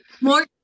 More